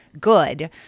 good